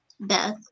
beth